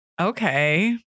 Okay